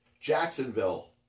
Jacksonville